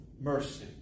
mercy